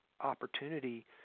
opportunity